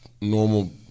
normal